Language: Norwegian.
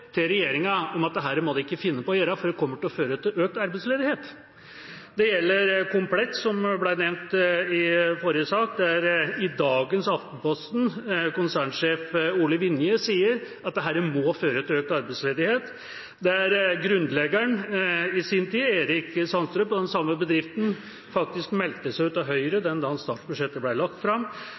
til regjeringa om at dette må de ikke finne på å gjøre, fordi det kommer til å føre til økt arbeidsledighet. Det gjelder Komplett.no, som ble nevnt i forrige spørsmål. I dagens Aftenposten sier konsernsjef i Komplett.no Ole Vinje at dette må føre til økt arbeidsledighet. Grunnleggeren i sin tid av den samme bedriften, Eric Sandtrø, meldte seg ut av Høyre den dagen budsjettet ble lagt fram,